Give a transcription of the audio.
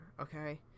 okay